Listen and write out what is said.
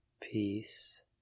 peace